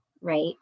right